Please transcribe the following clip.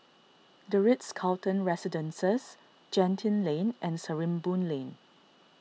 the Ritz Carlton Residences Genting Lane and Sarimbun Lane